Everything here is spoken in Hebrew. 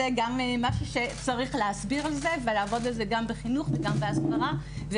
זה גם משהו שצריך להסביר עליו ולעבוד גם בחינוך וגם בהסברה.